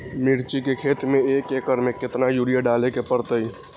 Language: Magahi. मिर्च के खेती में एक एकर में कितना यूरिया डाले के परतई?